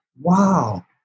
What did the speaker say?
Wow